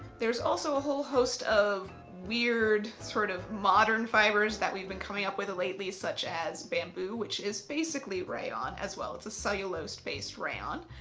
there's also a whole host of weird sort of modern fibres that we've been coming up with lately such as bamboo which is basically rayon as well it's a cellulose-based rayon,